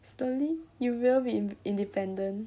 sternly you will be in~ independent